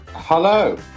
hello